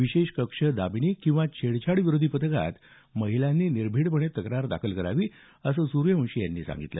विशेष कक्ष दामिनी किंवा छेडछाड विरोधी पथकात महिलांनी निर्भिडपणे तक्रार दाखल करावी असं सूर्यवंशी यांनी सांगितलं